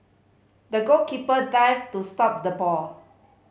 the goalkeeper dived to stop the ball